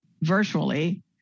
virtually